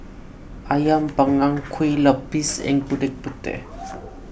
Ayam Panggang Kue Lupis and Gudeg Putih